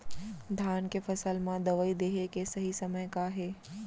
धान के फसल मा दवई देहे के सही समय का हे?